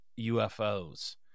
UFOs